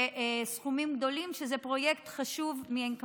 וסכומים גדולים, וזה פרויקט חשוב מאין כמוהו.